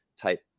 type